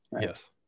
Yes